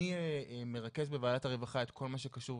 אני מרכז בוועדת הרווחה את כל מה שקשור